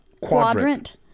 Quadrant